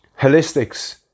holistics